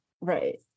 Right